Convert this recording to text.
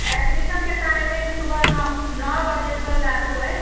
एडमिशनके timing सुबह नओ नओ बजेसँ चालू अइ